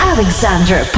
Alexander